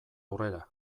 aurrera